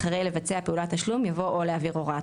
אחרי "לבצע פעולת תשלום" יבוא "או להעביר הוראת